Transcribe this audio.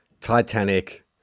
Titanic